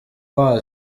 wacu